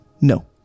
No